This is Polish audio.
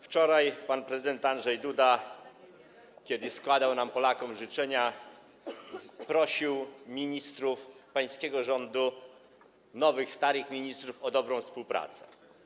Wczoraj pan prezydent Andrzej Duda, kiedy składał nam, Polakom, życzenia, prosił ministrów pańskiego rządu - nowych starych ministrów - o dobrą współpracę.